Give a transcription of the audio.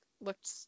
looked